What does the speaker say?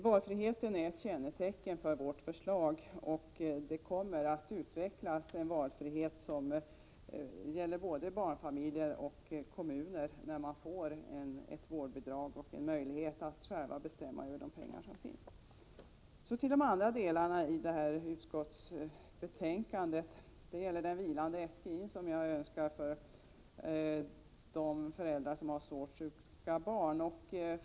Valfriheten är kännetecknande för vårt förslag, och det kommer att utvecklas en valfrihet som gäller både barnfamiljer och kommuner när man får ett vårdbidrag och möjlighet att själv bestämma över de pengar som finns. Så till de andra delarna i utskottets betänkande. Det gäller den vilande SGI som jag önskar för föräldrar till svårt sjuka barn.